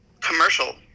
commercial